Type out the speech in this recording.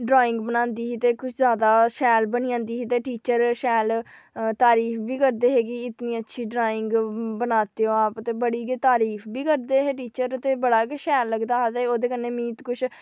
drawing बनादी ही किश ज्यादा शैल बनी जंदी ही ते टीचर तारिफ बी करदे हे कि बडी अच्छी ड्रांइग बनाते हो आप तारिफ बी करदे हे टीचर ते बडा गै शैल लगदा हा ओह्दे कन्नै में